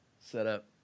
setup